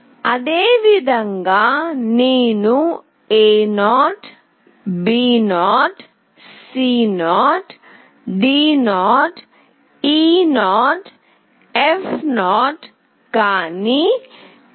అదేవిధంగా నేను A0 B0 C0 D0 E0 F0 కానీ G 1